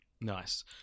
Nice